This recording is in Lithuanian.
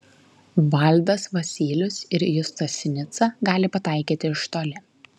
valdas vasylius ir justas sinica gali pataikyti iš toli